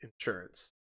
insurance